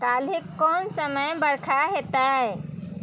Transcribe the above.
काल्हि कोन समय बरखा हेतै